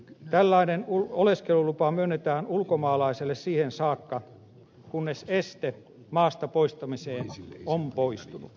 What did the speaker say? tällainen oleskelulupa myönnetään ulkomaalaiselle siihen saakka kunnes este maastapoistamiseen on poistunut